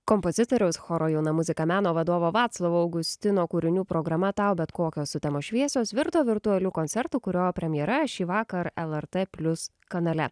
kompozitoriaus choro jauna muzika meno vadovo vaclovo augustino kūrinių programa tau bet kokios sutemos šviesos virto virtualiu koncertu kurio premjera šįvakar lrt plius kanale